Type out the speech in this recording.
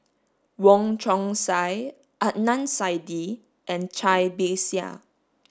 Wong Chong Sai Adnan Saidi and Cai Bixia